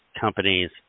companies